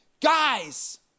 Guys